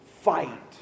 fight